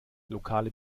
lokale